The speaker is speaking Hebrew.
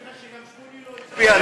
אני רוצה להגיד לך שגם שמולי לא הצביע לו.